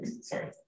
Sorry